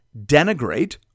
denigrate